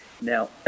Now